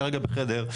תן לי שמות של חברות.